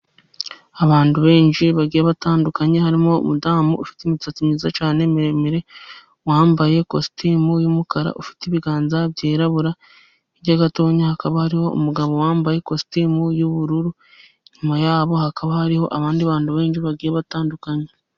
Abantu benshi bagiye batandukanye, harimo umudamu ufite imisatsi myiza cyane miremire, wambaye kositimu y'umukara ufite ibiganza byirabura, hirya gato hakaba hariho umugabo wambaye kositimu y'ubururu, inyuma yabo hakaba hariho abandi bantu benshi bagiye batandukanye.